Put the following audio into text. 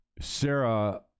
Sarah